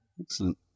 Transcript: Excellent